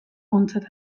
ontzat